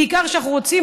בעיקר שאנחנו רוצים,